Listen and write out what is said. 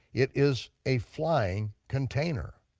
it is a flying container.